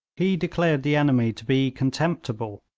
he declared the enemy to be contemptible,